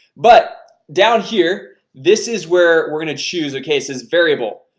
but down here this is where we're gonna choose the cases variable.